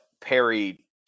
Perry